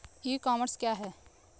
ई commerce क्या है?